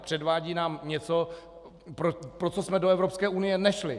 Předvádí nám něco, pro co jsme do Evropské unie nešli.